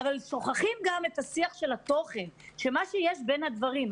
אבל שוכחים גם את השיח של התוכן של מה שיש בין הדברים.